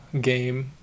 game